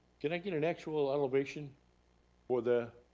can i get an actual elevation for the